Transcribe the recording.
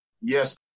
Yes